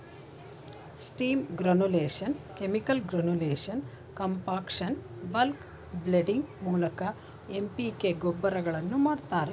steam granulation, chemical granulation, compaction, bulk blending ಮೂಲಕ MPK ಗೊಬ್ಬರಗಳನ್ನು ಮಾಡ್ತರೆ